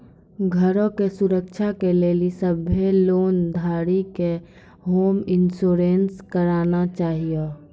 घरो के सुरक्षा के लेली सभ्भे लोन धारी के होम इंश्योरेंस कराना छाहियो